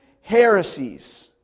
heresies